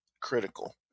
critical